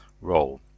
role